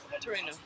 Torino